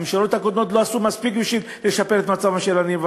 הממשלות הקודמות לא עשו מספיק בשביל לשפר את מצבם של העניים.